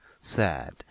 Sad